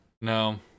No